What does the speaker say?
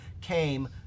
came